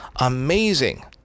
Amazing